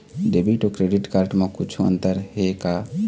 Debit अऊ credit card म कुछू अंतर हे का?